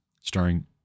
starring